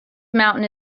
mountain